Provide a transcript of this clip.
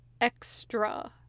extra